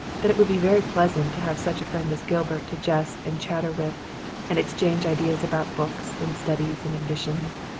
that it would be very pleasant to have such a friend as gilbert to jest and chatter with and exchange ideas about books and studies and ambitions.